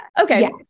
Okay